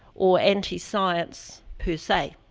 or anti-science, per se.